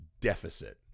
deficit